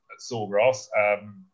Sawgrass